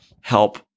help